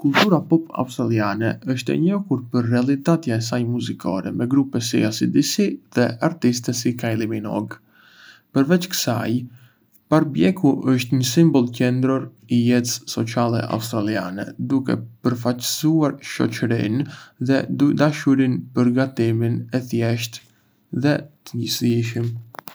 Kultura pop australiane është e njohur për realitatja e saj muzikore, me grupe si AC/DC dhe artistë si Kylie Minogue. Përveç kësaj, barbekju është një simbol qendror i jetës sociale australiane, duke përfaçësuar shoçërinë dhe dashurinë për gatimin e thjeshtë dhe të shijshëm.